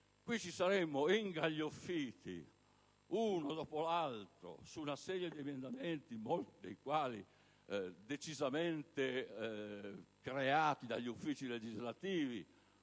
qui ci saremmo ingaglioffiti, uno dopo l'altro, su una serie di emendamenti, molti dei quali sono stati decisamente creati dagli uffici legislativi